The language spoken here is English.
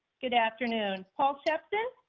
good afternoon. paul captain.